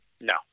No